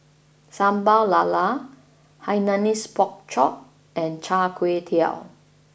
Sambal Lala Hainanese Pork Chop and Char Kway Teow